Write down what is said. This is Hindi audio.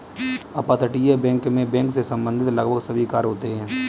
अपतटीय बैंक मैं बैंक से संबंधित लगभग सभी कार्य होते हैं